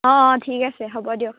অঁ অঁ ঠিক আছে হ'ব দিয়ক